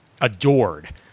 adored